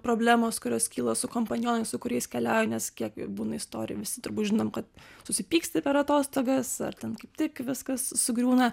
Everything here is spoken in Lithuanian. problemos kurios kyla su kompanionais su kuriais keliauji nes kiek būna istorijų visi žinom kad susipyksti per atostogas ar ten kaip tik viskas sugriūna